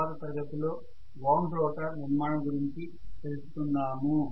తరువాతి తరగతిలో wound rotor నిర్మాణం గురించి తెలుసుకుందాము